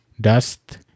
dust